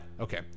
Okay